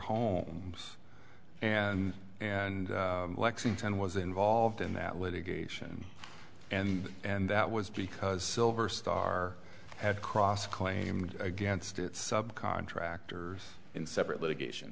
homes and and lexington was involved in that litigation and and that was because silver star had cross claimed against its sub contractors in separate litigation